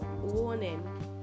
warning